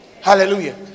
Hallelujah